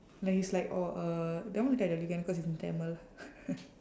like it's like oh uh tamil you can tell because it's in tamil